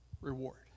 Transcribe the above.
reward